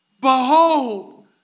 Behold